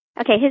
okay